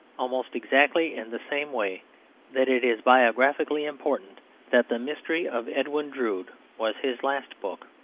almost exactly in the same way that it is biographically important that the mystery of edwin drood was his last book.